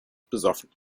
besoffen